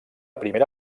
primera